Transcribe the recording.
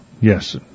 yes